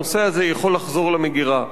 הנושא הזה יכול לחזור למגירה.